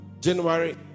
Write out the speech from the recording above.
January